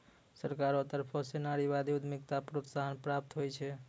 सरकारो तरफो स नारीवादी उद्यमिताक प्रोत्साहन प्राप्त होय छै